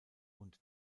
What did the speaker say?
und